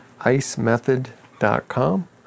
icemethod.com